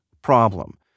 problem